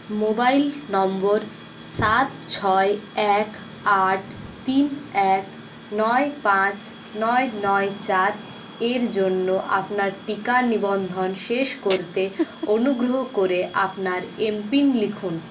mobile নম্বর সাত ছয় এক আট তিন এক নয় পাঁচ নয় নয় চার এর জন্য আপনার টিকা নিবন্ধন শেষ করতে অনুগ্রহ করে আপনার এমপিন লিখুন